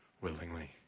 willingly